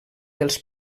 dels